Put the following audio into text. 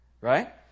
Right